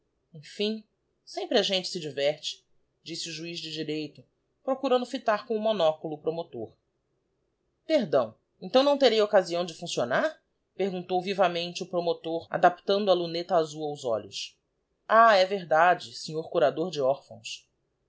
sempre a gente se diverte disse o juiz de direito procurando fitar com o monóculo o promotor perdão então não terei occasião de funccionar perguntou vivamente o promotor adaptando a luneta azul aos olhos ah verdade é sr curador de orphãos